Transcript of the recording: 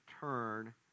turn